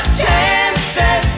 chances